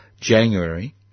January